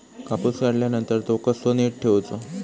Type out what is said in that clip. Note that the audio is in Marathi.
कापूस काढल्यानंतर तो कसो नीट ठेवूचो?